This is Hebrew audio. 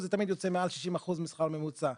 זה תמיד יוצא מעל 60% משכר ממוצע,